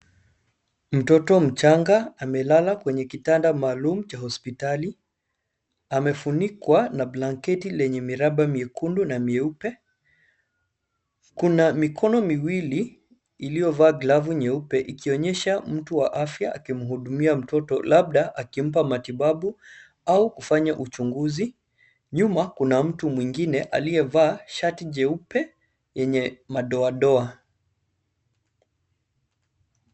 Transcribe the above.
Mtoto mchanga amelala kwenye kitanda maalum cha hospitali. Amefunikwa na blanketi lenye miraba miekundu na mieupe. Kuna mikono miwili iliyovaa glavu nyeupe ikionyesha mtu wa afya akimhudumia mtoto, labda akimpa matibabu au kufanya uchunguzi. Nyuma, kuna mtu mwingine aliyevaa shati jeupe yenye madoadoa.